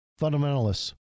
Fundamentalists